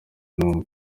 numa